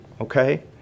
okay